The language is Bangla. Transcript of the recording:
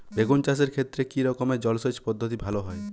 বেগুন চাষের ক্ষেত্রে কি রকমের জলসেচ পদ্ধতি ভালো হয়?